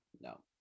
No